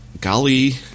Golly